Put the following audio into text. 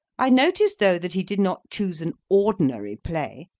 i notice, though, that he did not choose an ordinary play,